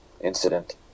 incident